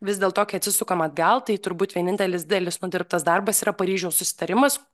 vis dėlto kai atsisukam atgal tai turbūt vienintelis didelis nudirbtas darbas yra paryžiaus susitarimas